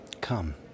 Come